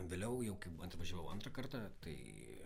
vėliau jau kai atvažiavau antrą kartą kai